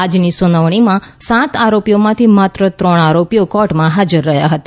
આજની સુનાવણીમાં સાત આરોપીમાંથી માત્ર ત્રણ આરોપીઓ કોર્ટમાં હાજર રહ્યા હતા